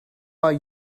are